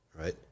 right